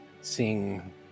seeing